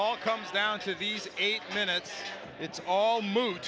all comes down to these eight minutes it's all mo